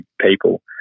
people